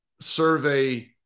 survey